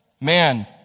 man